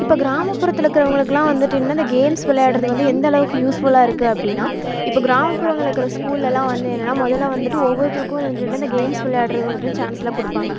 இப்போ கிராமப்புறத்தில் இருக்கிறவங்களுக்குலாம் வந்துவிட்டு இன்னும் இந்த கேம்ஸ் விளாடுறது வந்து எந்தளவுக்கு யூஸ்ஃபுல்லாக இருக்கு அப்படின்னா இப்போ கிராமப்புறங்களில் இருக்கிற ஸ்கூல்லலாம் வந்து என்னென்னா முதல்ல வந்துவிட்டு ஒவ்வொருத்தருக்கும் இந்த கேம்ஸ் விளையாடுறது வந்துவிட்டு சான்ஸ்லாம் கொடுப்பாங்க